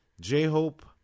J-Hope